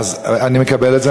אני מקבל את זה.